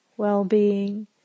well-being